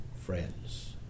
friends